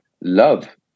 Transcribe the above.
love